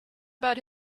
about